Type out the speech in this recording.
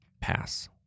pass